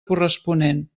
corresponent